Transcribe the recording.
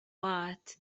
but